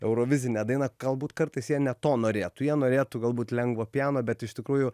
eurovizinę dainą galbūt kartais jie ne to norėtų jie norėtų galbūt lengvo pjano bet iš tikrųjų